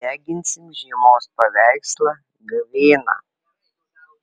deginsim žiemos paveikslą gavėną